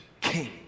king